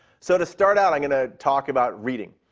so, to start out, i'm going to talk about reading.